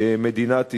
מדינת ישראל.